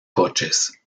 coches